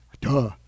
Duh